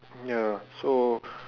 ya so